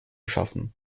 schaffen